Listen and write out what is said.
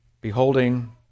Beholding